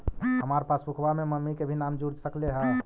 हमार पासबुकवा में मम्मी के भी नाम जुर सकलेहा?